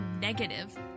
negative